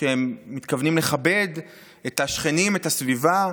שהם מתכוונים לכבד את השכנים, את הסביבה,